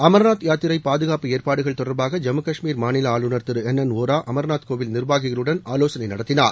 அன்நாத் யாத்திரை பாதுகாப்பு ஏற்பாடுகள் தொடர்பாக ஜம்மு கஷ்மீர் மாநில ஆளுநர் திரு என் என் ஓரா அமர்நாத் கோவில் நிர்வாகிகளுடன் ஆலோசனை நடத்தினார்